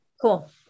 Cool